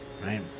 right